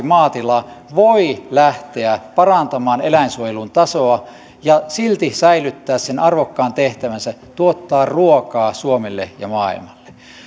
maatila voi lähteä parantamaan eläinsuojelun tasoa ja silti säilyttää sen arvokkaan tehtävänsä tuottaa ruokaa suomelle ja maailmalle